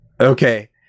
Okay